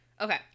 Okay